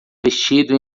vestido